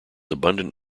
abundant